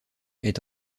est